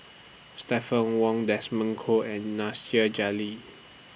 Stephanie Wong Desmond Kon and Nasir Jalil